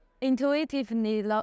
intuitively